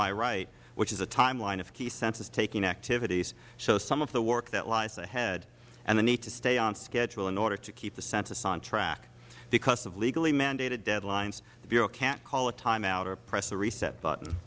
my right which is a timeline of key census taking activities shows some of the work that lies ahead and the need to stay on schedule in order to keep the census on track because of legally mandated deadlines the bureau can't call a timeout or press a reset button